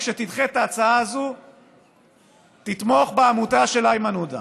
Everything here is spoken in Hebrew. כשתדחה את ההצעה הזו תתמוך בעמותה של איימן עודה,